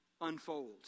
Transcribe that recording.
unfolds